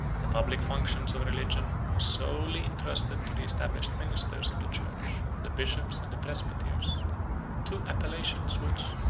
the public functions of religion were solely intrusted to the established ministers of the church, the bishops and the presbyters two appellations which,